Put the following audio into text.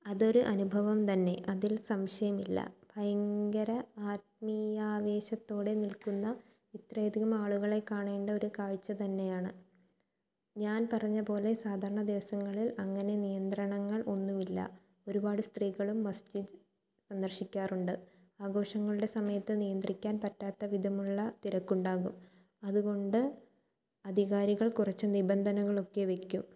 അതൊരു അനുഭവം തന്നെ അതിൽ സംശയമില്ല ഭയങ്കര ആത്മീയാവേശത്തോടെ നിൽക്കുന്ന ഇത്രയധികം ആളുകളെ കാണേണ്ട ഒരു കാഴ്ച്ച തന്നെയാണ് ഞാൻ പറഞ്ഞ പോലെ സാധാരണ ദിവസങ്ങളിൽ അങ്ങനെ നിയന്ത്രണങ്ങൾ ഒന്നുമില്ല ഒരുപാട് സ്ത്രീകളും മസ്ജിദ് സന്ദർശിക്കാറുണ്ട് ആഘോഷങ്ങളുടെ സമയത്ത് നിയന്ത്രിക്കാൻ പറ്റാത്ത വിധമുള്ള തിരക്കുണ്ടാകും അതുകൊണ്ട് അധികാരികൾ കുറച്ച് നിബന്ധനകളൊക്കെ വെക്കും